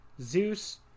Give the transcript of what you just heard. Zeus